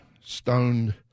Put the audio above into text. Stoned